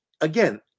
again